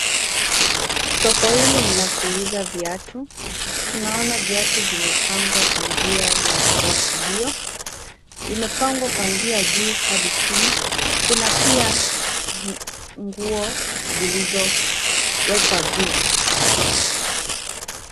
Soko hili ni la kuuza viatu. Tunaona viatu vimepangwa kwa njia ya mfuatilio. Imepangwa kuanzia juu hadi chini. Kuna pia nguo zilizowekwa juu.